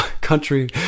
country